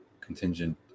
contingent